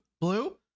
blue